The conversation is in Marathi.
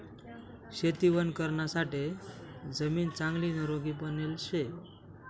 शेती वणीकरणासाठे जमीन चांगली निरोगी बनेल शे